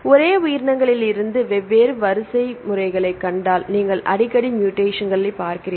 ஒரே உயிரினங்களிலிருந்து வெவ்வேறு வரிசை வரிசைகளைக் கண்டால் நீங்கள் அடிக்கடி மூடேசன்களைப் பார்க்கிறீர்கள்